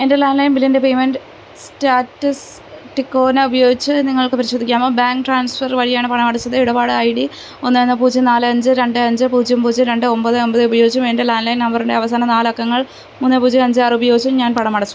എൻ്റെ ലാൻലൈൻ ബില്ലിൻ്റെ payment status ടിക്കോണ ഉപയോഗിച്ച് നിങ്ങൾക്ക് പരിശോധിക്കാമോ ബാങ്ക് ട്രാൻസ്ഫർ വഴിയാണ് പണമടച്ചത് ഇടപാട് ഐ ഡി ഒന്ന് ഒന്ന് പൂജ്യം നാല് അഞ്ച് രണ്ട് അഞ്ച് പൂജ്യം പൂജ്യം രണ്ട് ഒമ്പത് ഒമ്പത് ഉപയോഗിച്ചും എൻ്റെ ലാൻലൈൻ നമ്പറിൻ്റെ അവസാന നാലക്കങ്ങൾ മൂന്ന് പൂജ്യം അഞ്ച് ആറ് ഉപയോഗിച്ചും ഞാൻ പണമടച്ചു